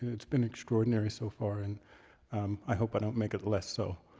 it's been extraordinary so far, and i hope i don't make it less so.